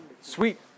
Sweet